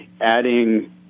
adding